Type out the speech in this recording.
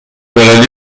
بینالمللی